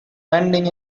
landing